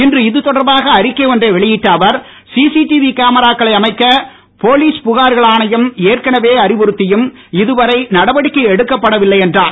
இன்று இது தொடர்பாக அறிக்கை ஒன்றை வெளியிட்ட அவர் சிசடிவி கேமராக்களை அமைக்க போலிஸ் புகார்கள் ஆணையம் ஏற்கனவே அறிவுறுத்தியும் இதுவரை நடவடிக்கை எடுக்கப்பட வில்லை என்றார்